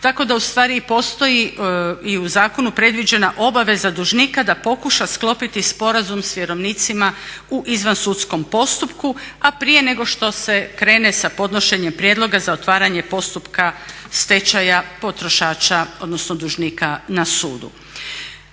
Tako da ustvari postoji i u zakonu predviđena obaveza dužnika da pokuša sklopiti sporazum s vjerovnicima u izvansudskom postupku, a prije nego što se krene sa podnošenjem prijedloga za otvaranje postupka stečaja potrošača odnosno dužnika na sudu.